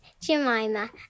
Jemima